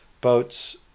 boats